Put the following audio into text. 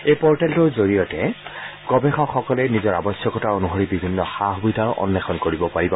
এই পৰ্টেলটোৰ জৰিয়তে গৱেষকসকলে নিজৰ আৱশ্যকতা অনুসৰি বিভিন্ন সা সুবিধাৰ অন্নেষণ কৰিব পাৰিব